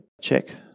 check